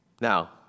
Now